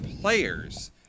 players